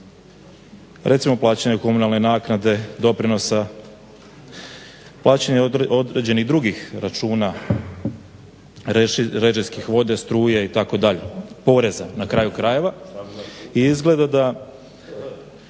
Recimo plaćanje komunalne naknade, doprinosa, plaćanje određenih drugih računa režijskih vode, struje itd., poreza na kraju krajeva. I izgleda da